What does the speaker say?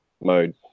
mode